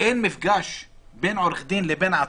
אין מפגש בין עורך דין לבין עצור,